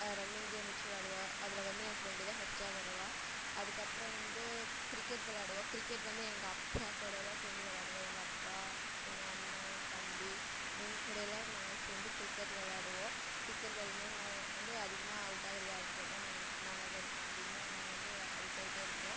running game வெச்சு விளாடுவோம் அதில் வந்து என் ஃப்ரெண்ட் தான் ஃபஸ்ட்டாக வருவாள் அதுக்கப்புறம் வந்து கிரிக்கெட் விளாடுவோம் கிரிக்கெட் வந்து எங்கள் அப்பாக்கூட எல்லாம் சேர்ந்து விளாடுவோம் எங்கள் அப்பா எங்கள் அண்ணா என் தம்பி இவிங்ககூடையெல்லாம் நாங்கள் சேர்ந்து கிரிக்கெட் விளாடுவோம் கிரிக்கெட் விளாடும்போது நான் வந்து அதிகமாக அவுட் ஆகிறது யாருன்னு கேட்டால் நான் நானாக தான் இருப்பேன் அதிகமாக நாங்கள் வந்து அவுட் ஆகிட்டே இருப்போம்